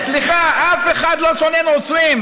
סליחה, אף אחד לא שונא נוצרים.